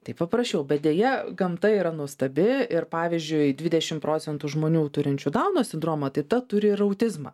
taip paprasčiau bet deja gamta yra nuostabi ir pavyzdžiui dvidešim procentų žmonių turinčių dauno sindromą tai ta turi ir autizmą